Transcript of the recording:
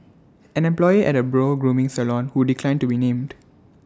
an employee at A brow grooming salon who declined to be named